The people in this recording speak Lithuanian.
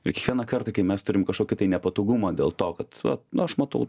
ir kiekvieną kartą kai mes turim kažkokį tai nepatogumą dėl to kad vat na aš matau